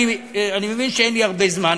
אני מבין שאין לי הרבה זמן,